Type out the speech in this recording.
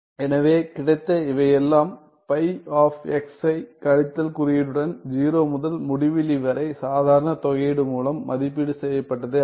எனவே கிடைத்த இவையெல்லாம் பை ஆப் x ஐ கழித்தல் குறியுடன் 0 முதல் முடிவிலி வரை சாதாரண தொகையீடு மூலம் மதிப்பீடு செய்யப்பட்டதே ஆகும்